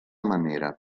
manera